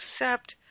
accept